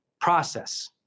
process